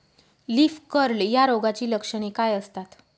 Leaf curl या रोगाची लक्षणे काय असतात?